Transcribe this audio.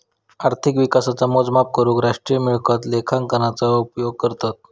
अर्थिक विकासाचा मोजमाप करूक राष्ट्रीय मिळकत लेखांकनाचा उपयोग करतत